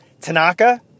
Tanaka